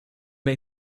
may